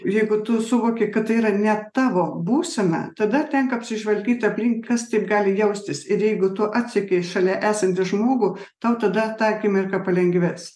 jeigu tu suvoki kad tai yra ne tavo būsena tada tenka apsižvalgyt aplink kas taip gali jaustis ir jeigu tu atsekei šalia esantį žmogų tau tada tą akimirką palengvės